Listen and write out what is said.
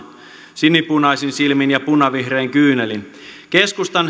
sinipunaisin silmin ja punavihrein kyynelin keskustan